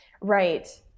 right